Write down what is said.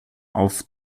auf